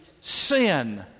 sin